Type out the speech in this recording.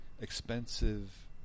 expensive